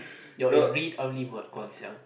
you are in read only mode Guang-Xiang